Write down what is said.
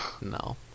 No